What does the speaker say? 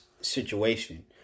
situation